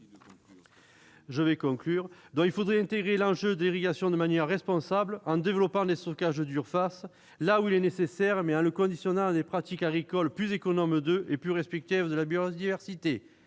ainsi qu'il faut intégrer l'enjeu de l'irrigation de manière responsable, en développant le stockage de surface, là où il est nécessaire, mais en le conditionnant à des pratiques agricoles plus économes de l'eau et plus respectueuses de la biodiversité.